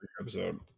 episode